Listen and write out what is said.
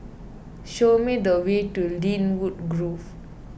show me the way to Lynwood Grove